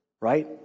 right